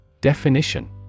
Definition